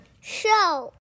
Show